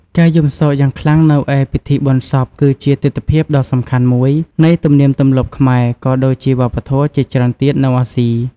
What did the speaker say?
ការយំសោកយ៉ាងខ្លាំងនៅឯពិធីបុណ្យសព គឺជាទិដ្ឋភាពដ៏សំខាន់មួយនៃទំនៀមទម្លាប់ខ្មែរ ក៏ដូចជាវប្បធម៌ជាច្រើនទៀតនៅអាស៊ី។